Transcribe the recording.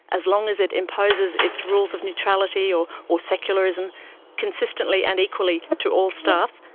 as long as it imposes its rules of neutrality or or secularism consistently and equally to all staff,